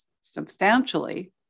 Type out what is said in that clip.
substantially